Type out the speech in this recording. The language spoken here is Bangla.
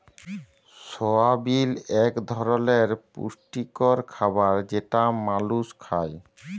সয়াবিল এক ধরলের পুষ্টিকর খাবার যেটা মালুস খায়